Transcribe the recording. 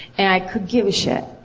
and i could give a shit.